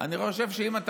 אני חושב שאם אתה